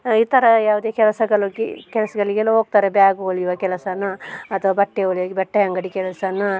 ಇತರ ಯಾವುದೇ ಕೆಲಸಗಳಿಗೆ ಕೆಲಸಗಳಿಗೆಲ್ಲ ಹೋಗ್ತಾರೆ ಬ್ಯಾಗು ಹೊಲಿಯುವ ಕೆಲಸವಾ ಅಥವಾ ಬಟ್ಟೆ ಹೊಲಿವ ಬಟ್ಟೆ ಅಂಗಡಿ ಕೆಲಸವಾ